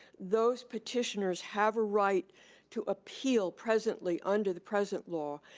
those petitioners have a right to appeal, presently, under the present law,